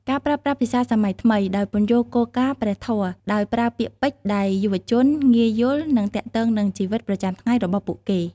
ការប្រើប្រាស់ភាសាសម័យថ្មី ដោយពន្យល់គោលការណ៍ព្រះធម៌ដោយប្រើពាក្យពេចន៍ដែលយុវជនងាយយល់ និងទាក់ទងនឹងជីវិតប្រចាំថ្ងៃរបស់ពួកគេ។